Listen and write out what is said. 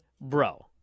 bro